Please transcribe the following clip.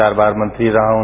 चार बार मंत्री रहा हूं